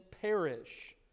perish